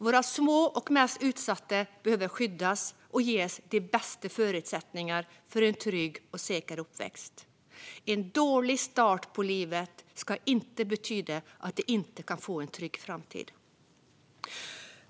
Våra små och mest utsatta behöver skyddas och ges de bästa förutsättningarna för en trygg och säker uppväxt. En dålig start på livet ska inte betyda att de inte kan få en trygg framtid.